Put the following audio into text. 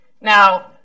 Now